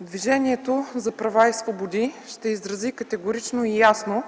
Движението за права и свободи ще изрази категорично ясна